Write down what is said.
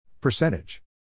Percentage